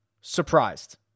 surprised